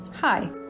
Hi